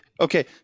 okay